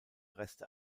reste